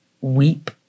weep